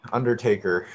Undertaker